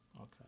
Okay